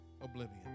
oblivion